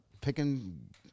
picking